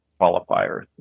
qualifiers